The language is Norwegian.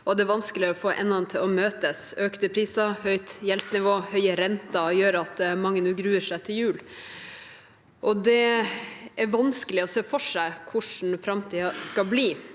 det er vanskeligere å få endene til å møtes. Økte priser, høyt gjeldsnivå og høye renter gjør at mange nå gruer seg til jul, og det er vanskelig å se for seg hvordan framtiden skal bli.